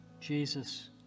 Jesus